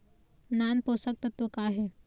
नान पोषकतत्व का हे?